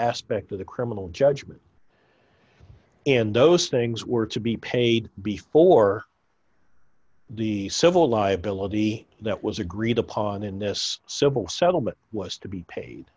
aspect of the criminal judgment and those things were to be paid before the civil liability that was agreed upon in this civil settlement was to be